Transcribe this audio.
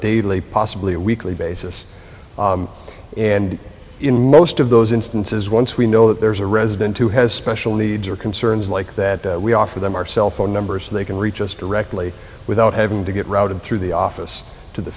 daily possibly a weekly basis and in most of those instances once we know that there's a resident who has special needs or concerns like that we offer them our cell phone number so they can reach us directly without having to get routed through the office to the